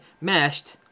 meshed